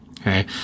Okay